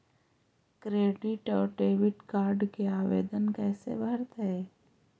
Credit और debit card के आवेदन कैसे भरैतैय?